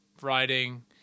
Riding